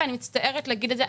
ואני מצטערת להגיד את זה,